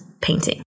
painting